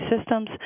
systems